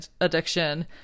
addiction